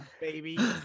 baby